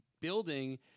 building